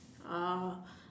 oh